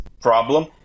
problem